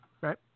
Right